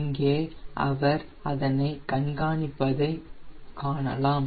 இங்கே அவர் அதனை கண்காணிப்பதைக் காணலாம்